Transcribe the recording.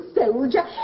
soldier